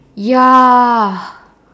ya